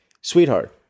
sweetheart